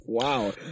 Wow